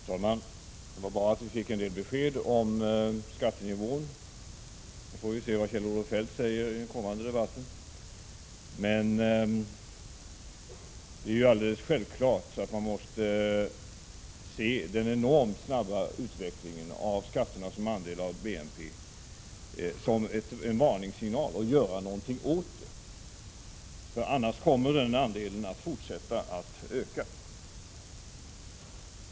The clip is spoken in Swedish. Fru talman! Det var bra att vi fick en del besked om skattenivån. Nu får vi se vad Kjell-Olof Feldt säger i den kommande debatten. Men det är ju alldeles självklart att man måste se den enormt snabba utvecklingen av skatterna som andel av BNP som en varningssignal, och göra någonting åt det. Annars kommer den andelen att fortsätta att öka.